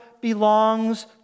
belongs